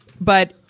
But-